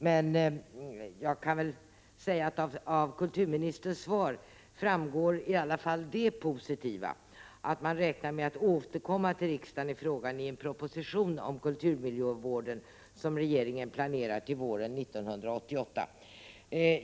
Men jag kan väl säga att av kulturministerns svar framgår i alla fall det positiva att man räknar med att återkomma till riksdagen i en proposition om kulturmiljövården som regeringen planerar till våren 1988.